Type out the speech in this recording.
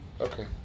Okay